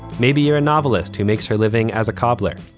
maybe you're a novelist who makes her living as a cobbler.